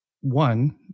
one